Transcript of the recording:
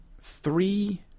three